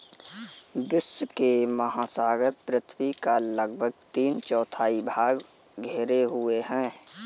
विश्व के महासागर पृथ्वी का लगभग तीन चौथाई भाग घेरे हुए हैं